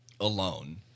alone